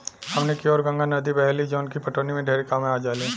हमनी कियोर गंगा नद्दी बहेली जवन की पटवनी में ढेरे कामे आजाली